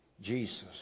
Jesus